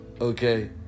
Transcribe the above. Okay